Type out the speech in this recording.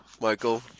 Michael